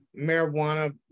marijuana